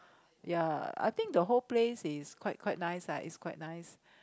ya I think the whole place is quite quite nice ah it's quite nice